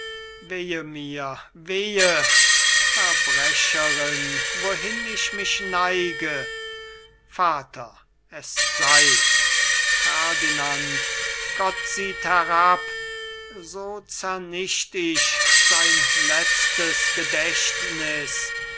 mir wehe verbrecherin wohin ich mich neige vater es sei ferdinand gott sieht herab so zernicht ich sein letztes gedächtniß